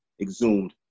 exhumed